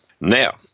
Now